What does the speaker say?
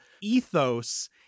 ethos